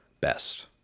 best